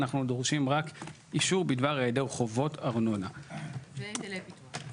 אנחנו דורשים רק אישור בדבר היעדר חובות ארנונה והיטלי פיתוח.